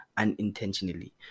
unintentionally